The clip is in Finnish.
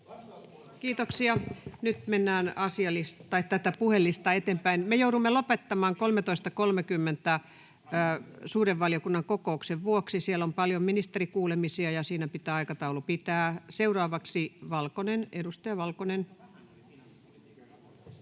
Kiitoksia. — Nyt mennään tätä puhelistaa eteenpäin. Me joudumme lopettamaan 13.30 suuren valiokunnan kokouksen vuoksi. Siellä on paljon ministerikuulemisia, ja siinä pitää aikataulun pitää. — Seuraavaksi edustaja Valkonen.